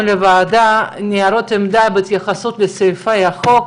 לוועדה ניירות עמדה עם ההתייחסות לסעיפי החוק,